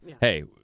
hey